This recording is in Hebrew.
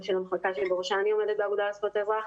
של המחלקה שבראשה אני עומדת באגודה לזכויות האזרח,